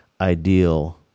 ideal